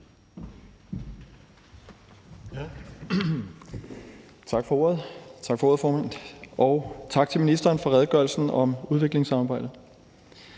Lean Milo (M): Tak for ordet, formand, og tak til ministeren for redegørelsen om udviklingssamarbejdet.